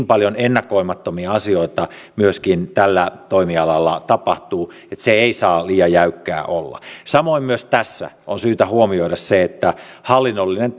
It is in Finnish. paljon ennakoimattomia asioita myöskin tällä toimialalla tapahtuu että se ei saa olla liian jäykkää samoin myös tässä on syytä huomioida se että hallinnollinen